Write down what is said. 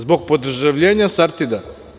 Zbog podržavljenja „Sartida“